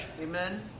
Amen